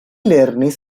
lernis